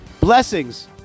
blessings